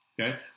okay